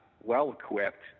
well-equipped